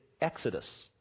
exodus